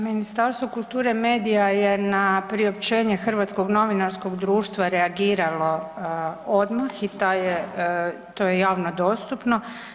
Ministarstvo kulture, medija je na priopćenje Hrvatskog novinarskog društva reagiralo odmah i to je javno dostupno.